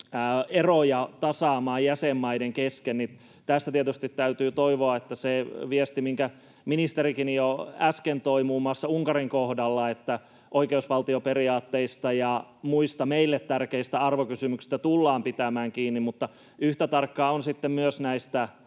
eroja jäsenmaiden kesken. Tässä tietysti täytyy toivoa — viesti, minkä ministerikin jo äsken toi muun muassa Unkarin kohdalla — että oikeusvaltioperiaatteista ja muista meille tärkeistä arvokysymyksistä tullaan pitämään kiinni. Yhtä tarkkaa on sitten myös